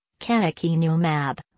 canakinumab